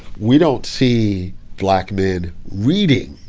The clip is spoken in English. we don't see black men reading